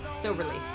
soberly